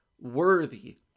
worthy